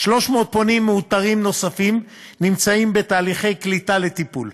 300 הם פונים או מאותרים נוספים הנמצאים בתהליכי קליטה לטיפול.